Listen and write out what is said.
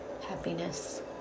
Happiness